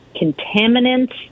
contaminants